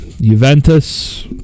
Juventus